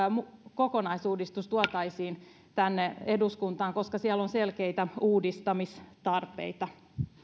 kokonaisuudistus tuotaisiin tänne eduskuntaan koska siellä on selkeitä uudistamistarpeita